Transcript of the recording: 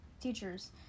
teachers